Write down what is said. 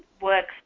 works